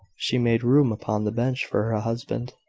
she made room upon the bench for her husband,